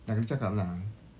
nak kena cakap lah